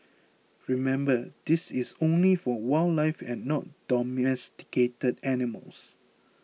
remember this is only for wildlife and not domesticated animals